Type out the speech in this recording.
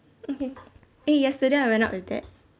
okay eh yesterday I went out with dad